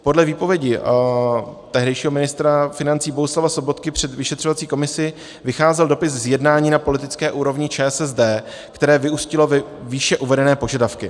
Podle výpovědi tehdejšího ministra financí Bohuslava Sobotky před vyšetřovací komisí vycházel dopis z jednání na politické úrovni ČSSD, které vyústilo ve výše uvedené požadavky.